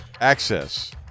Access